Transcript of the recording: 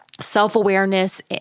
self-awareness